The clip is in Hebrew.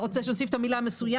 אולי צריך לעשות את ההתאמה בנוסח,